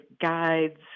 guides